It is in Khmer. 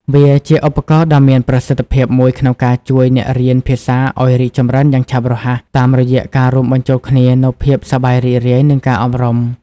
វាជាឧបករណ៍ដ៏មានប្រសិទ្ធភាពមួយក្នុងការជួយអ្នករៀនភាសាឲ្យរីកចម្រើនយ៉ាងឆាប់រហ័ស តាមរយៈការរួមបញ្ចូលគ្នានូវភាពសប្បាយរីករាយ និងការអប់រំ។